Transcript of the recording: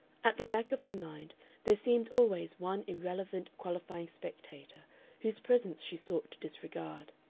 at the back of her mind there seemed always one irrelevant qualifying spectator whose presence she sought to disregard.